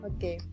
Okay